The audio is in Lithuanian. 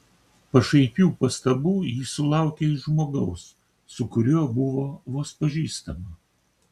pašaipių pastabų ji sulaukė iš žmogaus su kuriuo buvo vos pažįstama